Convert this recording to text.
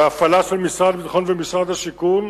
בהפעלה של משרד הביטחון ומשרד השיכון,